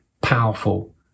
powerful